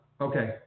Okay